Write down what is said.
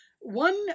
One